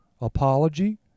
apology